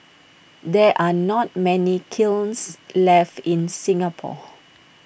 there are not many kilns left in Singapore